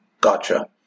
Gotcha